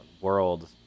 world